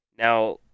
Now